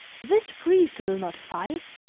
this priest will not fight